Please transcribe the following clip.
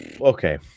Okay